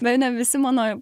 be ne visi mano